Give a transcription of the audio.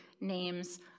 names